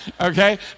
okay